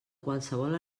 qualsevol